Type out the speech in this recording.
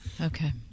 okay